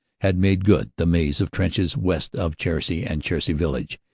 had made good the maze of trenches west of cherisy and cherisy village,